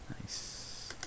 Nice